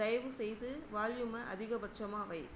தயவுசெய்து வால்யூமை அதிகபட்சமாக வை